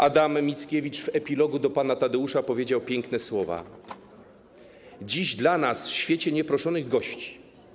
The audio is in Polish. Adam Mickiewicz w epilogu do ˝Pana Tadeusza˝ napisał piękne słowa: ˝Dziś dla nas, w świecie nieproszonych gości,